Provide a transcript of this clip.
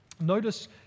Notice